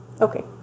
Okay